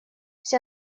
вся